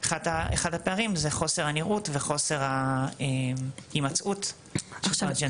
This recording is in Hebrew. אחד הפערים זה חוסר הנראות וחוסר ההימצאות של טרנסג'נדרים.